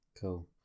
Cool